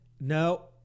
no